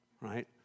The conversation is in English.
right